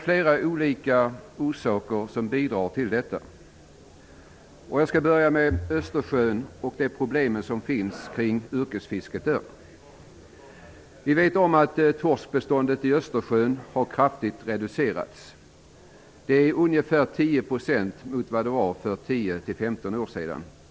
Flera olika orsaker bidrar till detta. Jag skall börja med att tala om Östersjön och de problem som finns med yrkesfisket i Östersjön. Vi vet att torskbeståndet i Östersjön har reducerats kraftigt. Den totala kvoten i Östersjön är nu ungefär 10 % av vad den var för 10--15 år sedan.